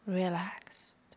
relaxed